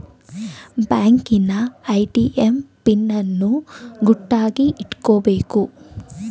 ಬ್ಯಾಂಕಿನ ATM PIN ಅನ್ನು ಗುಟ್ಟಾಗಿ ಇಟ್ಕೊಬೇಕು